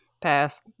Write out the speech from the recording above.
Pass